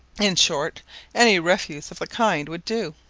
in short any refuse of the kind would do.